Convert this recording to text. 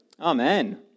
Amen